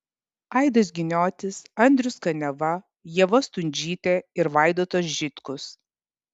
aidas giniotis andrius kaniava ieva stundžytė ir vaidotas žitkus